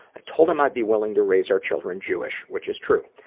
i told him i'd be willing to raise our children jewish, which is true.